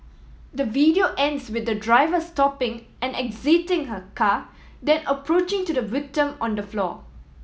the video ends with the driver stopping and exiting her car then approaching to the victim on the floor